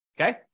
Okay